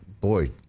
boy